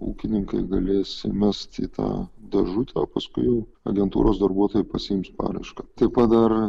ūkininkai galės įmest į tą dėžutę o paskui jau agentūros darbuotojai pasiims paraišką taip pat dar